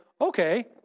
okay